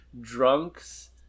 drunks